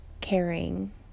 caring